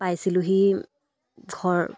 পাইছিলোঁহি ঘৰ